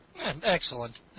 Excellent